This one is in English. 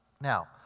Now